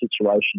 situation